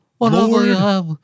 lord